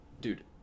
Dude